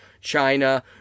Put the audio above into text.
China